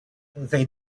they